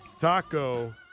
Taco